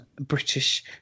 British